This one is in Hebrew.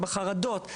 בחרדות,